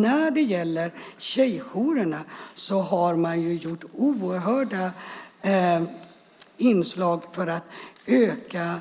När det gäller tjejjourerna har man gjort oerhört mycket för att öka